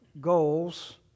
goals